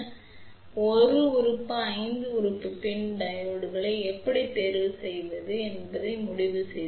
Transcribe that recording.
நீங்கள் உண்மையில் 1 உறுப்பு அல்லது 5 உறுப்பு PIN டையோடு தேர்வு செய்ய முடிவு செய்யலாம்